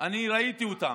אני ראיתי אותם,